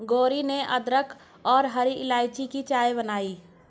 गौरी ने अदरक और हरी इलायची की चाय बनाई